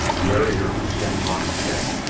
narrator on, check box checked.